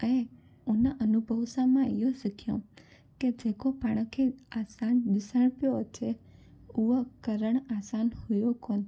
ऐं उन अनुभव सां मां इहो सिखियो की जेको पाण खे आसानु ॾिसणु पियो अचे उहा करणु आसानु हुओ कोन